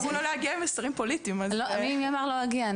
אמרו לא להגיע עם מסרים פוליטיים מי אמר לא להגיע?